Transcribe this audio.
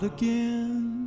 again